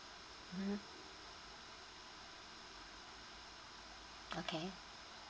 mm okay